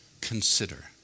Consider